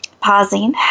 pausing